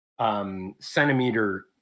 centimeter